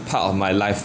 part of my life